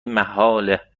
محاله